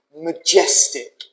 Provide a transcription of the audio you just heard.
majestic